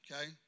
Okay